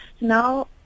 Now